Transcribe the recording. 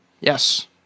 Yes